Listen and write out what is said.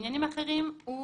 בעניינים אחרים הוא